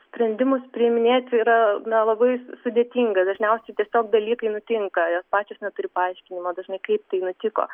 sprendimus priiminėti yra na labai sudėtinga dažniausiai tiesiog dalykai nutinka jos pačios neturi paaiškinimo dažnai kaip tai nutiko